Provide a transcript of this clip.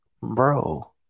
bro